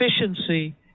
efficiency